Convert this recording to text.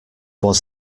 was